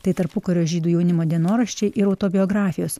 tai tarpukario žydų jaunimo dienoraščiai ir autobiografijos